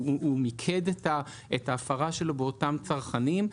הוא מיקד את ההפרה שלו באותם צרכנים,